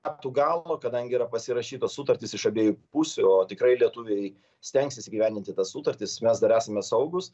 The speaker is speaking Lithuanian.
metų galo kadangi yra pasirašytos sutartys iš abiejų pusių o tikrai lietuviai stengsis įgyvendinti tas sutartis mes dar esame saugūs